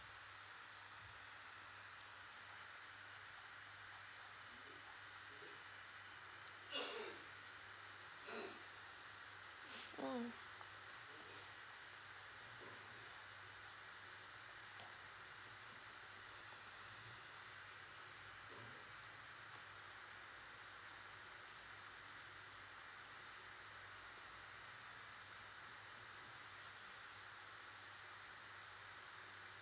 mm